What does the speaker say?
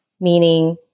meaning